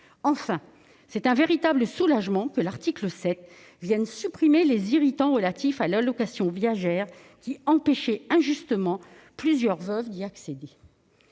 Enfin, c'est un véritable soulagement que l'article 7 vienne supprimer les irritants relatifs à l'allocation viagère, qui empêchaient injustement plusieurs veuves d'y accéder.